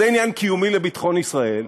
זה עניין קיומי לביטחון ישראל,